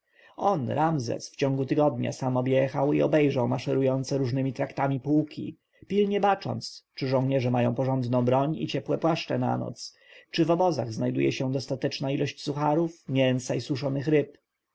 ramzes w ciągu tygodnia sam objechał i obejrzał maszerujące różnemi traktami pułki pilnie bacząc czy żołnierze mają porządną broń i ciepłe płaszcze na noc czy w obozach znajduje się dostateczna ilość sucharów mięsa i suszonych ryb